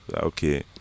Okay